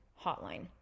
hotline